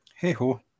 hey-ho